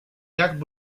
jack